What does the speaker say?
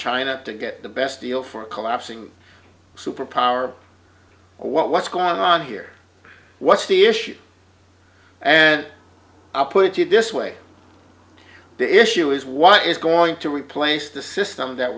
china to get the best deal for a collapsing superpower what's gone on here what's the issue and i'll put it this way the issue is what is going to replace the system that